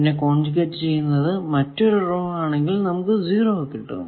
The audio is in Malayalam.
പിന്നെ കോൺജുഗേറ്റ് ചെയ്യുന്നത് മറ്റൊരു റോ ആണെങ്കിൽ 0 കിട്ടും